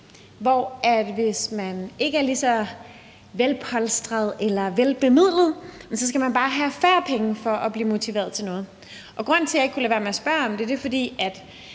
man, hvis man ikke er lige så velpolstret eller bemidlet, så bare skal have færre penge for at blive motiveret til at gøre noget. Grunden til, at jeg ikke kan lade være med at spørge om det, er,